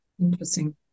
Interesting